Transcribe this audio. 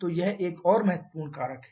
तो यह एक और महत्वपूर्ण कारक है